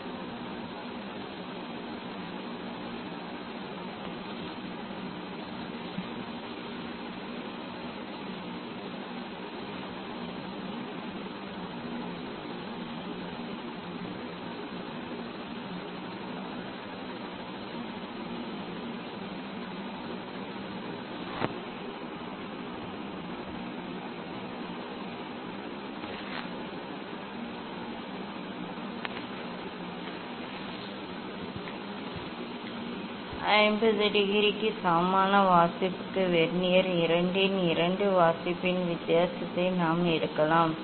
நீங்கள் வாசிப்பைக் கண்டால் வாசிப்பு இருக்கும் இந்த வாசிப்பு இந்த 90 டிகிரி மற்றும் இந்த வாசிப்பு 270 டிகிரி என்று பார்ப்போம் நன்றாக இருப்பதால் வெர்னியர் 1 இன் இந்த இரண்டு வாசிப்பின் வித்தியாசத்தை நாம் எடுக்க வேண்டும் வெர்னியர் 90 டிகிரி மைனஸ் 40 டிகிரி 50 டிகிரிக்கு சமமான வாசிப்புக்கு வெர்னியர் 2 இன் இரண்டு வாசிப்பின் வித்தியாசத்தை நாம் எடுக்கலாம்